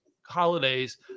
holidays